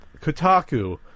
Kotaku